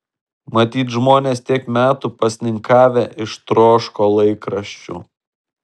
matyt žmonės tiek metų pasninkavę ištroško laikraščių